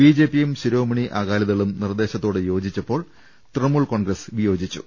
B ജെ പിയും ശിരോമണി അദാലിതളും നിർദ്ദേശത്തോട് യോജിച്ചപ്പോൾ തൃണമൂൽ കോൺഗ്രസ് വിയോജിച്ചു